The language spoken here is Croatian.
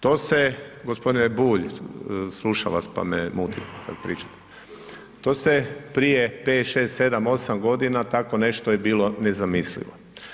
To se gospodine Bulj, slušam vas pa me muti to kad pričam, to se prije 5, 6, 7, 8 godina tako nešto je bilo nezamislivo.